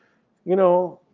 you know,